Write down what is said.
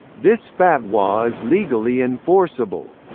this fatwa is legally enforceable.